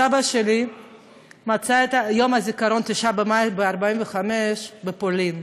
סבא שלי מצא את יום הניצחון, 9 במאי 1945, בפולין.